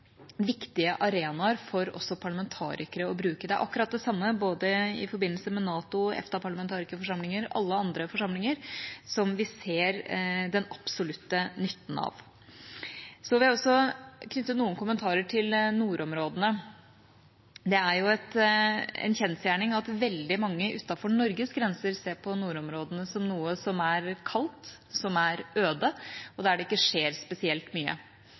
viktige arenaer å bruke også for parlamentarikere. Det er akkurat det samme i forbindelse med NATO- og EFTA-parlamentarikerforsamlinger og alle andre forsamlinger, som vi ser den absolutte nytten av. Så vil jeg også knytte noen kommentarer til nordområdene. Det er jo en kjensgjerning at veldig mange utenfor Norges grenser ser på nordområdene som noe som er kaldt, som er øde, og der det ikke skjer spesielt mye.